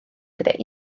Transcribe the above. gydag